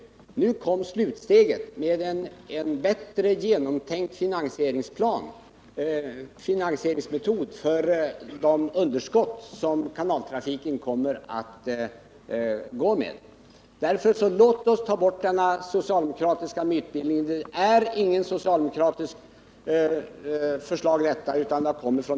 Vi har nu fått ett slutsteg med en genomtänkt finansieringsmetod för de underskott som kommer att uppstå i kanaltrafiken.